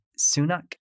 Sunak